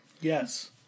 Yes